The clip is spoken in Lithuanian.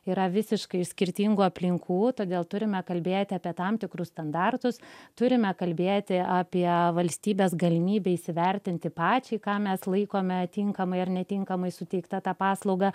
yra visiškai skirtingų aplinkų todėl turime kalbėti apie tam tikrus standartus turime kalbėti apie valstybės galimybę įsivertinti pačiai ką mes laikome tinkamai ar netinkamai suteikta tą paslaugą